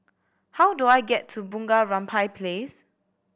how do I get to Bunga Rampai Place